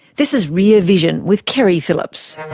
this is rear vision, with keri phillips.